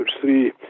three